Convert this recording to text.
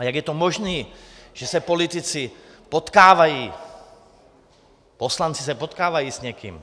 A jak je to možný, že se politici potkávají, poslanci se potkávají s někým?